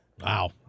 Wow